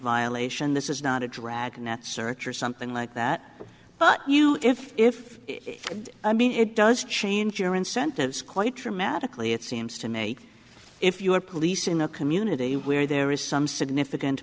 violation this is not a dragnet search or something like that but you know if if if i mean it does change your incentives quite dramatically it seems to make if you have police in a community where there is some significant